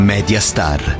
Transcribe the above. Mediastar